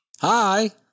hi